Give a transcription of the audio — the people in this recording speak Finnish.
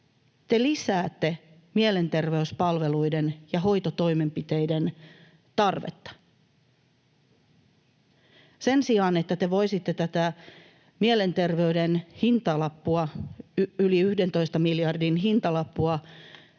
Te lisäätte mielenterveyspalveluiden ja hoitotoimenpiteiden tarvetta sen sijaan, että te voisitte pienentää tätä mielenterveyden hintalappua, yli 11 miljardin hintalappua,